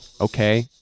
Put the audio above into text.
Okay